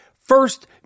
First